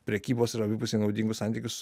prekybos ir abipusiai naudingus santykius su